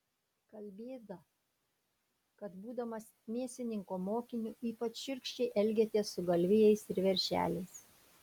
kalbėta kad būdamas mėsininko mokiniu ypač šiurkščiai elgėtės su galvijais ir veršeliais